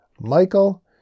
Michael